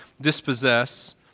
dispossess